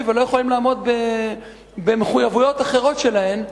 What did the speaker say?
ולא יכולים לעמוד במחויבויות אחרות שלהם.